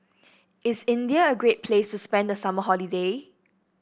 is India a great place to spend the summer holiday